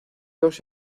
dos